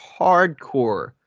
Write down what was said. hardcore